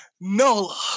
NOLA